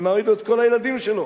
ומעמיד לו את כל הילדים שלו.